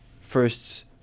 first